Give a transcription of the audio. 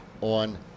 on